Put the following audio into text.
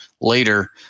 later